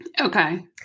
okay